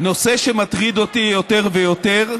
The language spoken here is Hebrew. נושא שמטריד אותי יותר ויותר.